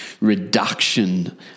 reduction